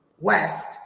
west